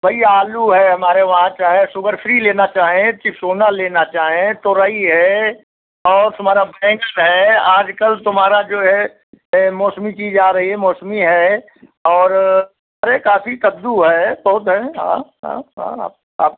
भई आलू है हमारे वहाँ चाहे सुगर फ़्री लेना चाहें चिसोना लेना चाहें तोरई है और तुम्हारा बैंगन है आज कल तुम्हारा जो है ए मौसमी चीज आ रही है मौसमी है और अरे काफ़ी कद्दू है बहुत हैं आ हाँ हाँ आप आप